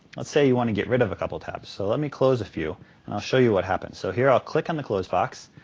let's say you want to get rid of a couple tabs. so let me close a few and i'll show you what happens. so here i'll click on the close box.